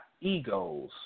egos